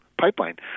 pipeline